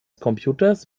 computers